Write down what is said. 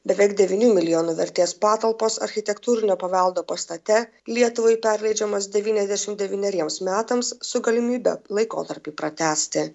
beveik devynių milijonų vertės patalpos architektūrinio paveldo pastate lietuvai perleidžiamas devyniasdešim devyneriems metams su galimybe laikotarpį pratęsti